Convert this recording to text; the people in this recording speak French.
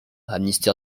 amnesty